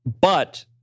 but-